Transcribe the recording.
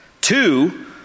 Two